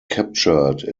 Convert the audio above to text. captured